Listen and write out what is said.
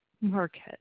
market